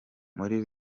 muri